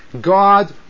God